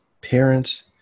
parents